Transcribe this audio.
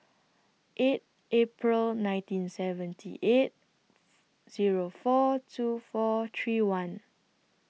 eight April nineteen seventy eight Zero four two four three one